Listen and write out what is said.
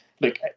look